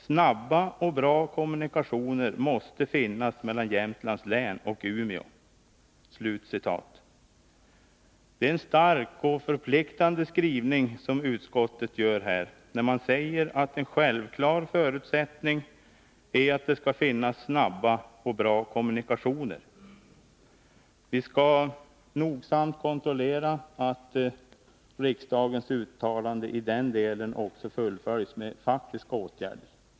Snabba och bra kommunikationer måste finnas mellan Jämtlands län och Umeå.” Det är en stark och förpliktande skrivning som utskottet gör, när man säger att en självklar förutsättning är att det skall finnas snabba och bra kommunikationer. Vi skall nogsamt kontrollera att riksdagens uttalande i den delen också fullföljs med faktiska åtgärder.